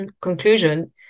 conclusion